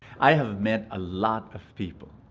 i have met a lot of people,